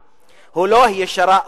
הישרה,